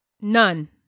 None